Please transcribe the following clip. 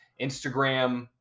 Instagram